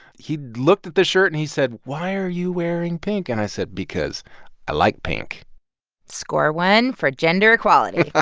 he looked at the shirt, and he said, why are you wearing pink? and i said, because i like pink score one for gender equality